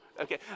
Okay